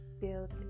built